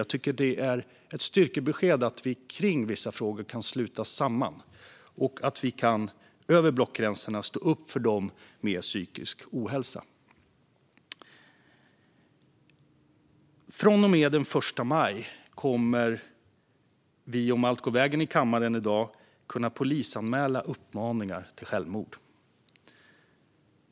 Jag tycker att det är ett styrkebesked att vi i vissa frågor kan sluta oss samman och att vi över blockgränserna kan stå upp för dem med psykisk ohälsa. Från och med den 1 maj kommer vi, om allt går vägen i kammaren i dag, att kunna polisanmäla uppmaningar till självmord.